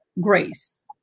grace